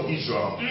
Israel